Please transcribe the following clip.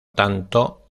tanto